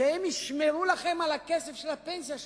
שהם ישמרו לכם על הכסף של הפנסיה שלכם?